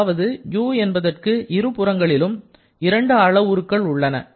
அதாவது u என்பதற்கு இருபுறங்களிலும் இரண்டு அளவுருகள் உள்ளன